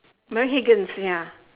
Mary Higgins ya